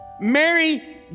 Mary